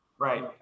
Right